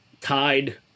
tied